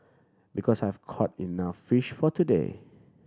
because I've caught enough fish for today